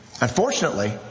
unfortunately